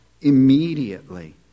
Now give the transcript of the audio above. immediately